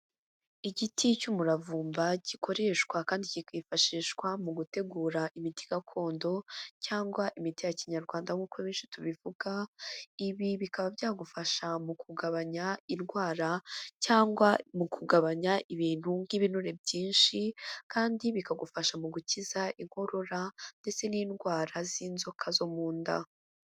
Igiti cy'umuravumba gikoreshwa kandi kikifashishwa mu gutegura imiti gakondo cyangwa imiti ya Kinyarwanda nk'uko abenshi tubivuga, ibi bikaba byagufasha mu kugabanya indwara cyangwa mu kugabanya ibintu nk'ibinure byinshi kandi bikagufasha mu gukiza inkorora ndetse n'indwara z'inzoka zo mu nda.